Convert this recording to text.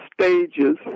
stages